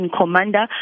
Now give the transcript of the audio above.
commander